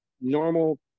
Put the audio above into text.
normal